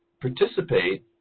participate